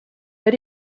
but